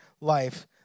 life